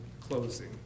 closing